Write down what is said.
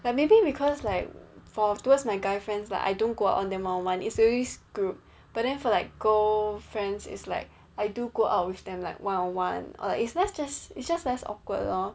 but maybe because like for towards my guy friends like I don't go out with them one on one it's always group but then for like girl friends it's like I do go out with them like one on one or like it's less just it's just less awkward lor